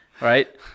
Right